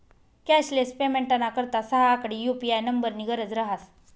cashless पेमेंटना करता सहा आकडी यु.पी.आय नम्बरनी गरज रहास